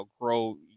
grow